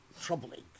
troubling